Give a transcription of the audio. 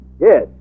Yes